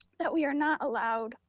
that we are not allowed,